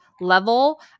level